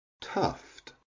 tuft